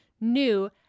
new